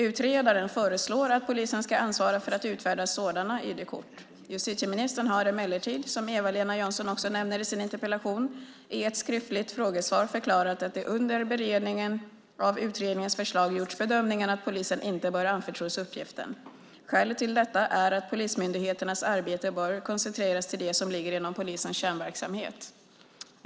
Utredaren föreslår att polisen ska ansvara för att utfärda sådana ID-kort. Justitieministern har emellertid, som Eva-Lena Jansson också nämner i sin interpellation, i ett skriftligt frågesvar förklarat att det under beredningen av utredarens förslag gjorts bedömningen att polisen inte bör anförtros uppgiften. Skälet till detta är att polismyndigheternas arbete bör koncentreras till det som ligger inom polisens kärnverksamhet.